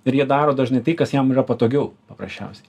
ir jie daro dažnai tai kas jam yra patogiau paprasčiausiai